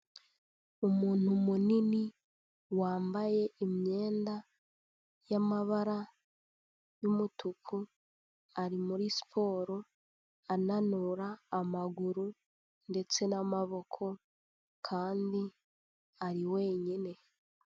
Umuntu munini wambaye imyenda y'amabara y'umutuku, ari muri siporo ananura amaguru ndetse n'amaboko kandi ari wenyine.